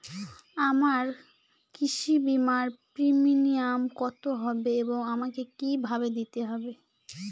আমার কৃষি বিমার প্রিমিয়াম কত হবে এবং আমাকে কি ভাবে দিতে হবে?